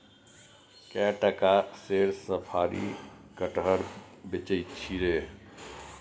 कए टका सेर साफरी कटहर बेचय छी रे